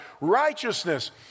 righteousness